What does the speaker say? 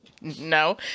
no